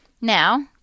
Now